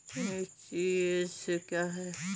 ECS क्या है?